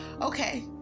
okay